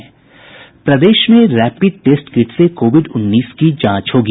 प्रदेश में rapid test kit से Covid उन्नीस की जांच होगी